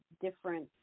different